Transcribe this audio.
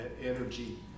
energy